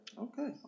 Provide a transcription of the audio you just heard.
Okay